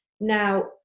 now